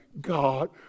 God